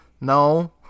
no